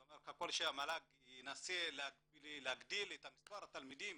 זה אומר ככל שהמל"ג ינסה להגדיל את מספר התלמידים